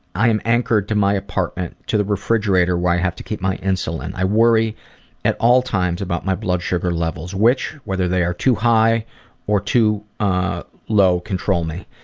i am anchored to my apartment, to the refrigerator where i have to keep my insulin. i worry at all times about my blood sugar levels, which whether they are too high or too ah low, control me.